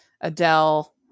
adele